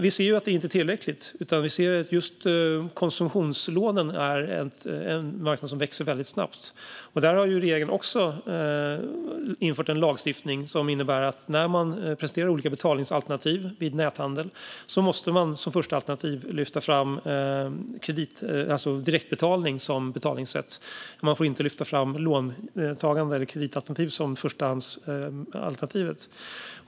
Vi ser dock att detta inte är tillräckligt. Just konsumtionslånen är en marknad som växer väldigt snabbt. Regeringen har här infört en lagstiftning som innebär att när man vid näthandel presenterar olika betalningsalternativ måste man som första alternativ lyfta fram direktbetalning som betalningssätt. Man får inte lyfta fram låntagande eller kreditalternativ som förstahandsalternativ.